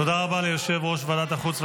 תודה רבה ליושב-ראש ועדת החוץ והביטחון.